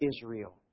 Israel